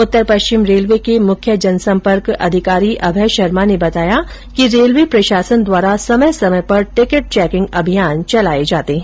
उत्तर पश्चिम रेलवे के मुख्य जनसंपर्क अधिकारी अभय शर्मा ने बताया कि रेलवे प्रशासन द्वारा समय समय पर टिकट चैकिंग अभियान चलाये जाते है